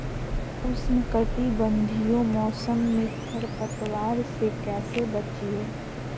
उष्णकटिबंधीय मौसम में खरपतवार से कैसे बचिये?